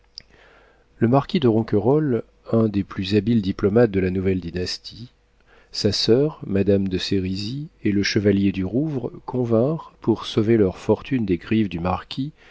le marquis de ronquerolles un des plus habiles diplomates de la nouvelle dynastie sa soeur madame de sérizy et le chevalier du rouvre convinrent pour sauver leurs fortunes des griffes du marquis